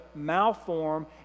malform